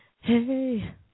Hey